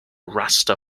raster